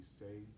say